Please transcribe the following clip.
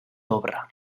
obra